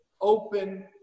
open